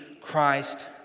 Christ